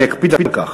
ואני אקפיד על כך.